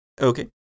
Okay